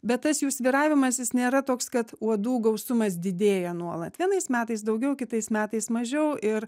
bet tas jų svyravimas jis nėra toks kad uodų gausumas didėja nuolat vienais metais daugiau kitais metais mažiau ir